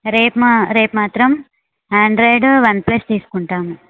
రేప్మా రేపు మాత్రం Android OnePlus తీసుకుంటాము